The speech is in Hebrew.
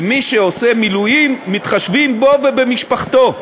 שמי שעושה מילואים, מתחשבים בו ובמשפחתו.